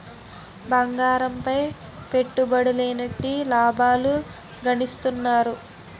బంగారంపై పెట్టుబడులెట్టి లాభాలు గడిత్తన్నారు